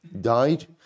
died